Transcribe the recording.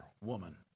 woman